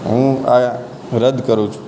હું આ રદ્દ કરું છું